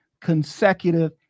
consecutive